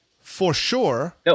for-sure